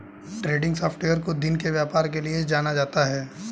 trending software को दिन के व्यापार के लिये जाना जाता है